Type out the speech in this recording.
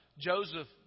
Joseph